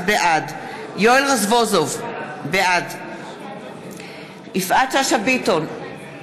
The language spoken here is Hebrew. בעד יואל רזבוזוב, בעד יפעת שאשא ביטון,